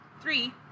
Three